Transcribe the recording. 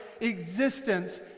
existence